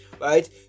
right